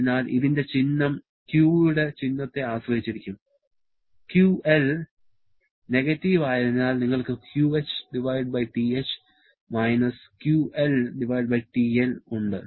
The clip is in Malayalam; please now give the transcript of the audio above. അതിനാൽ ഇതിന്റെ ചിഹ്നം Q യുടെ ചിഹ്നത്തെ ആശ്രയിച്ചിരിക്കും QL നെഗറ്റീവ് ആയതിനാൽ നിങ്ങൾക്ക് 'QHTH QLTL' ഉണ്ട്